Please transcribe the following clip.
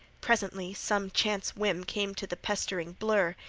presently some chance whim came to the pestering blur,